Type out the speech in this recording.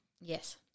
Yes